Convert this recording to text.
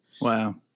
Wow